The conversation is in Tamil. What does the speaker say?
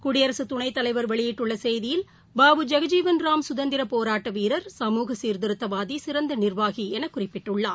குடியரசுதுணைத்தலைவர் வெளியிட்டுள்ளசெய்தியில் பாபு ஜகஜீவன் ராம் சுதந்திரபோராட்டவீரர் சமூக சீர்திருத்தவாதி சிறந்தநிர்வாகிஎனகுறிப்பிட்டுள்ளார்